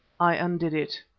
i undid it.